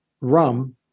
rum